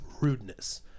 rudeness